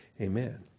amen